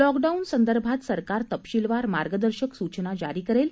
lockdown संदर्भात सरकार तपशीलवार मार्गदर्शक सूचना जारी करेल